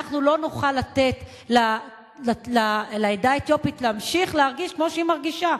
אנחנו לא נוכל לתת לעדה האתיופית להמשיך להרגיש כמו שהיא מרגישה.